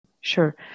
Sure